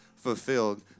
fulfilled